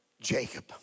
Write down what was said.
Jacob